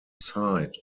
site